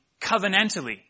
covenantally